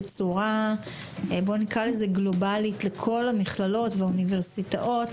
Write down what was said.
בצורה גלובלית לכל המכללות והאוניברסיטאות